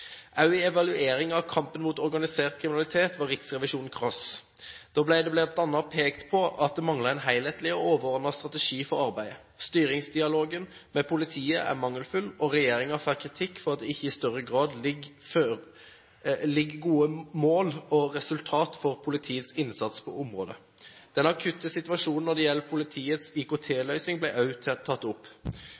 i evalueringen av kampen mot organisert kriminalitet var Riksrevisjonen krass. Det ble bl.a. pekt på at det mangler en helhetlig og overordnet strategi for arbeidet. Styringsdialogen med politiet er mangelfull, og regjeringen får kritikk for at det ikke i større grad foreligger gode mål og resultat for politiets innsats på området. Den akutte situasjonen når det gjelder politiets IKT-løsning, ble også tatt opp.